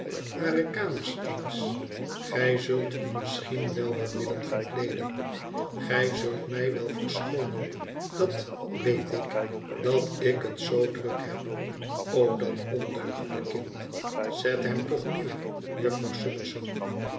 hare kamers eens gij zult u misschien wel wat willen verkleeden gij zult mij wel verschoonen dat weet ik dat ik het zoo druk heb o dat ondeugende kind zet hem toch neer jufvrouw summerson